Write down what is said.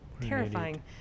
Terrifying